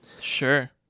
Sure